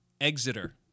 Exeter